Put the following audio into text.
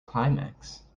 climax